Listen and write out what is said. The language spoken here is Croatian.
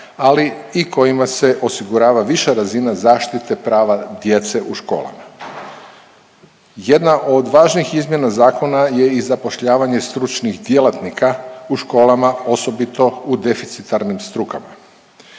ali i kojima se osigurava viša razina zaštite prava djece u školama. Jedna od važnih izmjena zakona je i zapošljavanje stručnih djelatnika u školama osobito u deficitarnim strukama.